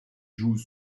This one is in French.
jouent